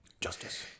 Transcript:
Justice